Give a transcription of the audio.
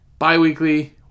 Bi-weekly